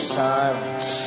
silence